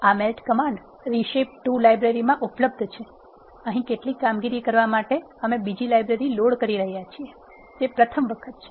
આ melt command reshape2 લાઇબ્રેરીમાં ઉપલબ્ધ છે અહીં કેટલીક કામગીરી કરવા માટે અમે બીજી લાઇબ્રેરી લોડ કરી રહ્યા છીએ તે પ્રથમ વખત છે